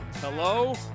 Hello